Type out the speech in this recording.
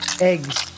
eggs